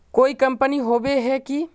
कोई कंपनी होबे है की?